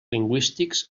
lingüístics